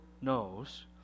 knows